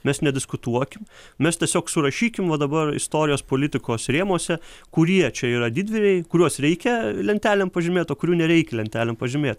mes nediskutuokim mes tiesiog surašykim va dabar istorijos politikos rėmuose kurie čia yra didvyriai kuriuos reikia lentelėm pažymėt o kurių nereik lentelėm pažymėt